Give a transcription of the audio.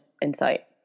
insight